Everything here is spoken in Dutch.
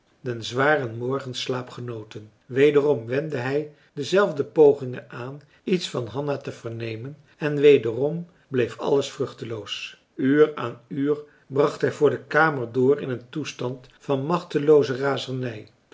genoten marcellus emants een drietal novellen wederom wendde hij dezelfde pogingen aan iets van hanna te vernemen en wederom bleef alles vruchteloos uur aan uur bracht hij voor de kamer door in een toestand van machtelooze razernij